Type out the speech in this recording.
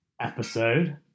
episode